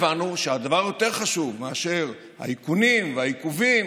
הדבר היותר-חשוב מאשר האיכונים והעיכובים